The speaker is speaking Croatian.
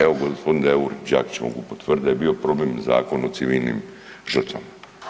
Evo gospodin Deur i Đakić mogu potvrditi da je bio problem Zakon o civilnim žrtvama.